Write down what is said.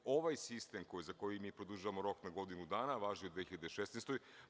Ovaj sistem za koji mi produžavamo rok na godinu dana važi u 2016. godini.